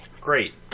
Great